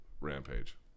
Rampage